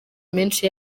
menshi